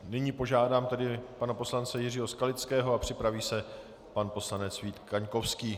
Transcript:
Nyní požádám tedy pana poslance Jiřího Skalického a připraví se pan poslanec Vít Kaňkovský.